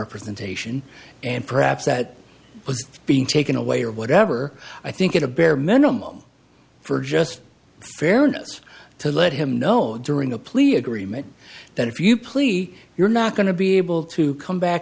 representation and perhaps that was being taken away or whatever i think it a bare minimum for just fairness to let him know during a plea agreement that if you please you're not going to be able to come back